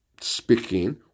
speaking